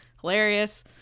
Hilarious